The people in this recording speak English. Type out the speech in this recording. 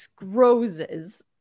roses